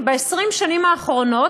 ב-20 השנים האחרונות,